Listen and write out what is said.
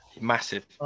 massive